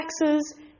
taxes